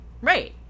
Right